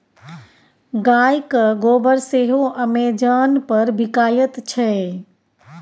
गायक गोबर सेहो अमेजन पर बिकायत छै